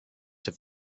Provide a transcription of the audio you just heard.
have